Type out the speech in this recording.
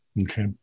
Okay